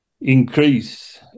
increase